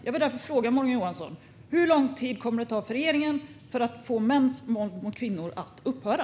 Jag vill därför fråga Morgan Johansson: Hur lång tid kommer det att ta för regeringen att få mäns våld mot kvinnor att upphöra?